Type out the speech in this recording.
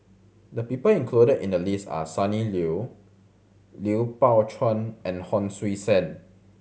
the people included in the list are Sonny Liew Lui Pao Chuen and Hon Sui Sen